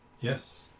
Yes